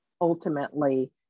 Ultimately